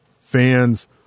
fan's